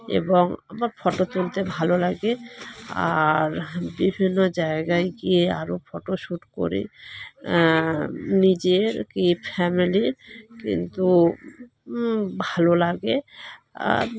এবং আমার ফটো তুলতে ভালো লাগে আর বিভিন্ন জায়গায় গিয়ে আরও ফটোশ্যুট করি নিজের কি ফ্যামিলির কিন্তু ভালো লাগে আর